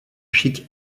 cheik